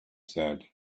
said